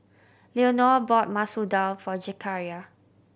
Leonor bought Masoor Dal for Zechariah